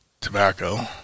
tobacco